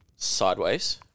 sideways